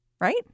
right